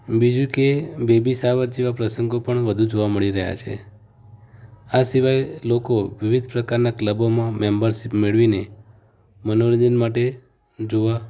બીજું કે baby shower જેવા પ્રસંગો પણ વધુ જોવા મળી રહ્યા છે આ સિવાય લોકો વિવિધ પ્રકારનાં ક્લબોમાં મૅમ્બરશીપ મેળવીને મનોરંજન માટે જોવા